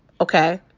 okay